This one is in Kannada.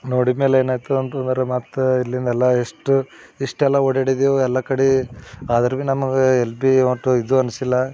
ನೋಡಿದ ಮ್ಯಾಲ ಏನಾಯ್ತದ ಅಂತಂದ್ರೆ ಮತ್ತು ಇಲ್ಲಿಂದು ಎಲ್ಲ ಅಷ್ಟು ಇಷ್ಟೆಲ್ಲ ಓಡಾಡಿದೆವು ಎಲ್ಲ ಕಡೆ ಆದರೆ ಭೀ ನಮಗೆ ಎಲ್ಲಿ ಭಿ ಒಟ್ಟು ಇದು ಅನ್ನಿಸಿಲ್ಲ